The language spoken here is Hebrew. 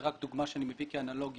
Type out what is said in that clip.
זאת רק דוגמה שאני מביא כאנלוגיה.